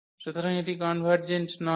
সুতরাং এটি কনভারর্জেন্ট নয়